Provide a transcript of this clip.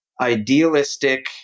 idealistic